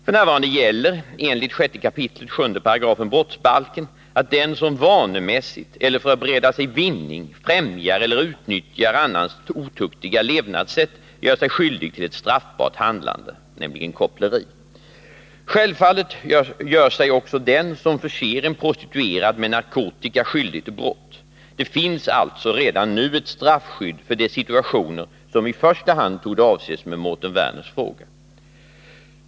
F. n. gäller enligt 6 kap. 7 § brottsbalken att den som vanemässigt eller för att bereda sig vinning främjar eller utnyttjar annans otuktiga levnadssätt gör sig skyldig till ett straffbart handlande, nämligen koppleri. Självfallet gör sig också den som förser en prostituerad med narkotika skyldig till brott. Det finns alltså redan nu ett straffskydd för de situationer som i första hand torde avses med Mårten Werners fråga.